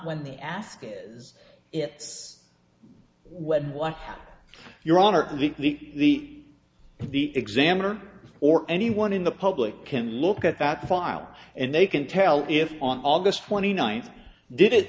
when they ask is it well what your honor the the examiner or anyone in the public can look at that file and they can tell if on august twenty ninth did it